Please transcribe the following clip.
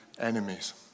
enemies